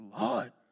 Lord